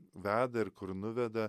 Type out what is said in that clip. veda ir kur nuveda